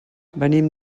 venim